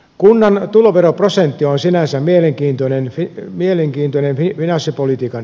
kunnan tuloveroprosentti on sinänsä mielenkiintoinen finanssipolitiikan instrumentti